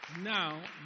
Now